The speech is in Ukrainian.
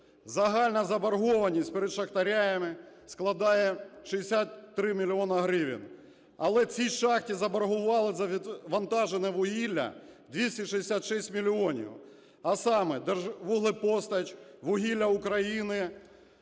Загальна заборгованість перед шахтарями складає 63 мільйони гривень. Але цій шахті заборгували за відвантажене вугілля 266 мільйонів, а саме "Держвуглепостач", "Вугілля України".